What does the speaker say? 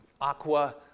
aqua